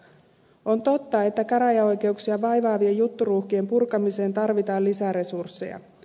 on totta että käräjäoikeuksia vaivaavien jutturuuhkien purkamiseen tarvitaan lisäresursseja